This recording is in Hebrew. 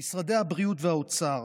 משרדי הבריאות והאוצר